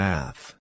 Math